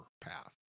path